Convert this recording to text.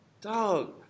Dog